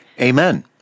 Amen